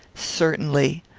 certainly.